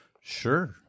sure